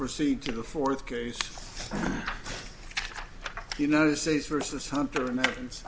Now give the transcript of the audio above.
proceed to the fourth case united states versus hunter americans